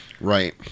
right